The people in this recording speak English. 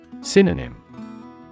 Synonym